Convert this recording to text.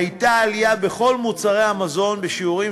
הייתה עלייה בכל מוצרי המזון בשיעורים